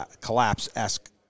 collapse-esque